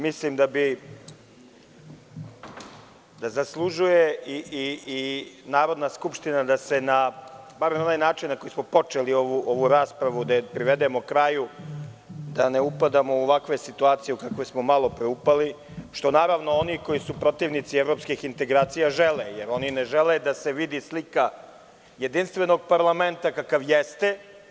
Mislim da zaslužuje Narodna skupština da se na, bar na onaj način na koji smo počeli ovu raspravu, da je na isti način privedemo kraju, da ne upadamo u ovakve situacije u kakve smo malo pre upali, što, naravno, oni koji su protivnici evropskih integracija žele, jer oni ne žele da se vidi slika jedinstvenog parlamenta, kakav jeste.